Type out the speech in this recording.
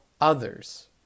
others